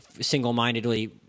single-mindedly